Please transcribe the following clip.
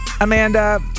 Amanda